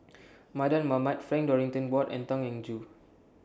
Mardan Mamat Frank Dorrington Ward and Tan Eng Joo